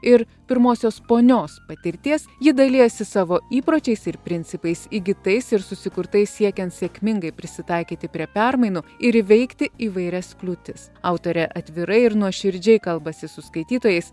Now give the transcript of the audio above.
ir pirmosios ponios patirties ji dalijasi savo įpročiais ir principais įgytais ir susikurtais siekiant sėkmingai prisitaikyti prie permainų ir įveikti įvairias kliūtis autorė atvirai ir nuoširdžiai kalbasi su skaitytojais